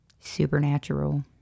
Supernatural